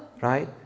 right